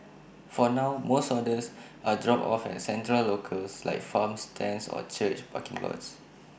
for now most orders are dropped off at central locales like farm stands or church parking lots